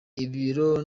ibiro